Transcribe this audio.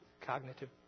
cognitive